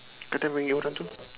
kau try panggil orang tu